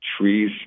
Trees